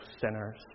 sinners